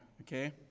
Okay